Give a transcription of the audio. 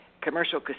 commercial